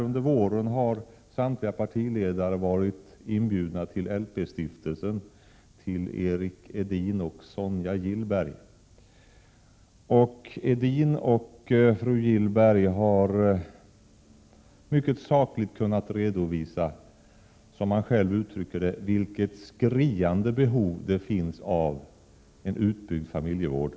Under våren har samtliga partiledare varit inbjudna till 5 maj 1988 LP-stiftelsen, till Erik Edin och Sonia Gillberg. Edin och fru Gillberg har mycket sakligt kunnat redovisa, som Edin själv uttrycker det, vilket skriande behov det finns av en utbyggd familjevård.